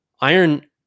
Iron